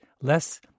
less